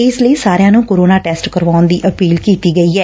ਇਸ ਲਈ ਸਾਰਿਆਂ ਨੂੰ ਕੋਰੋਨਾ ਟੈਸਟ ਕਰਾਉਣ ਦੀ ਅਪੀਲ ਕੀਡੀ ਗਈ ਐ